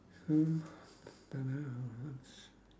mm don't know it's